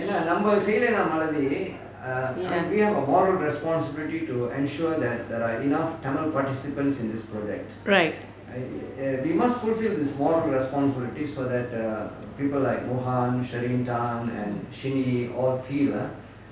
ya right